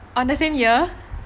on the same ear